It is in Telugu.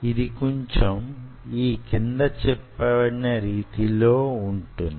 ఇది కొంచెం యీ క్రింద చెప్పబడిన రీతిలో వుంటుంది